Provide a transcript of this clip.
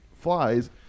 flies